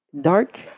dark